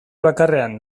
bakarrean